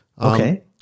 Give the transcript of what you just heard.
Okay